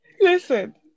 listen